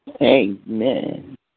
Amen